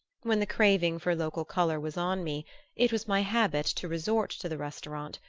when the craving for local color was on me it was my habit to resort to the restaurant,